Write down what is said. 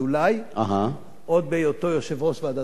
עוד בהיותו יושב-ראש ועדת הפנים,